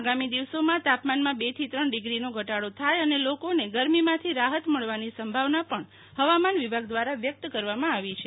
આગામહી દિવસોમાં તાપમાનમાં બે થી ત્રણ ડિગ્રીનો ઘટાડો થાય અને લોકોને ગરમીમાંથી રાહત મળવાની સંભાવના પણ હવામાન વિભાગ દ્રારા વ્યક્ત કરવામાં આવી છે